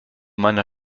meiner